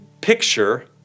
picture